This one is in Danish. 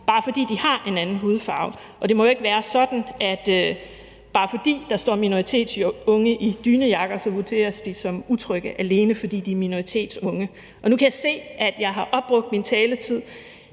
bare fordi de har en anden hudfarve, og det må jo ikke være sådan, at bare fordi der står minoritetsunge i dynejakker, vurderes de som utryghedsskabende, alene fordi de er minoritetsunge. Nu kan jeg se, at jeg har opbrugt min taletid,